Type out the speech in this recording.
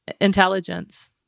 intelligence